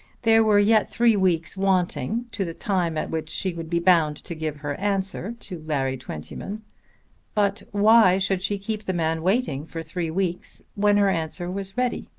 there were yet three weeks wanting to the time at which she would be bound to give her answer to larry twentyman but why should she keep the man waiting for three weeks when her answer was ready?